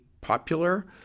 popular